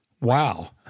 Wow